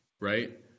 right